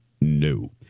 No